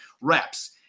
reps